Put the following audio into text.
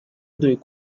针对